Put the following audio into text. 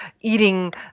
eating